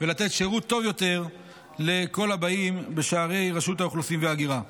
ולתת שירות טוב יותר לכל הבאים בשערי רשות האוכלוסין וההגירה.